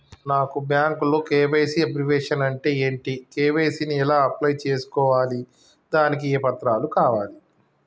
నాకు బ్యాంకులో KYC abbreviation అంటే ఏంటి కే.వై.సీ ని ఎలా అప్లై చేసుకోవాలి దానికి ఏ పత్రాలు కావాలి?